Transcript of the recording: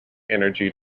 energy